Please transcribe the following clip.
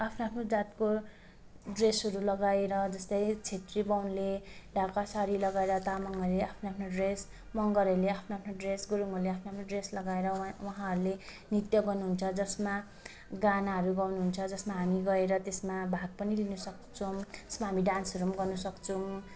आफ्नो आफ्नो जातको ड्रेसहरू लगाएर जस्तै छेत्री बाहुनले ढाका साडी लगाएर तामाङहरूले आफ्नो आफ्नो ड्रेस मगरहरूले आफ्नो आफ्नो ड्रेस गुरुङहरूले आफ्नो आफ्नो ड्रेस लगाएर उहाँ उहाँहरूले नृत्य गर्नु हुन्छ जसमा गानाहरू गाउनु हुन्छ जसमा हामी गएर त्यसमा भाग पनि लिन सक्छौँ त्यसमा हामी डान्सहरू गर्न सक्छौँ